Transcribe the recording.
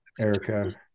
Erica